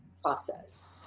process